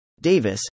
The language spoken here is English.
Davis